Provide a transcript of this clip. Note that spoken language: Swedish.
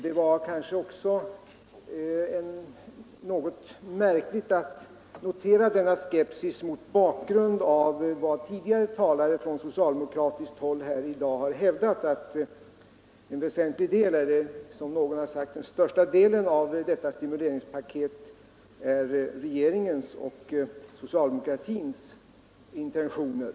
Det var kanske också något märkligt att notera denna skepsis mot bakgrund av vad tidigare talare från socialdemokratiskt håll i dag hävdat, nämligen att en väsentlig del eller, som någon sade, den största delen av stimulanspaketet är uttryck för regeringens och socialdemokratins intentioner.